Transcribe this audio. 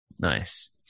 Nice